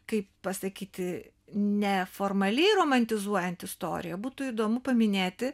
kaip pasakyti ne formaliai romantizuojant istoriją būtų įdomu paminėti